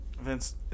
Vince